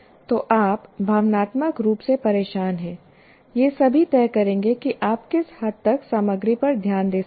तो आप भावनात्मक रूप से परेशान हैं ये सभी तय करेंगे कि आप किस हद तक सामग्री पर ध्यान दे सकते हैं